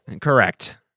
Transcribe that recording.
Correct